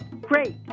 great